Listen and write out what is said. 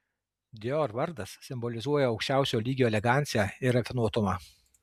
dior vardas simbolizuoja aukščiausio lygio eleganciją ir rafinuotumą